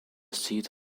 seat